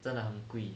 真的很贵